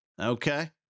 Okay